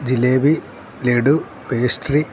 jalebi laddu pastry